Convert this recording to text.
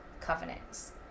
covenants